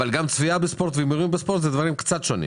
צפייה בספורט והימורים על ספורט אלה דברים קצת שונים.